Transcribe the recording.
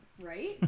Right